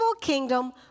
kingdom